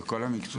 בכל המקצועות.